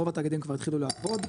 אבל רוב התאגידים כבר התחילו לעבוד,